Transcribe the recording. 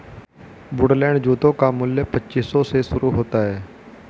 Woodland जूतों का मूल्य पच्चीस सौ से शुरू होता है